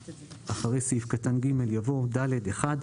אחרי סעיף קטן (ג) יבוא: "(ד) (1)